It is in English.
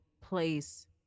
place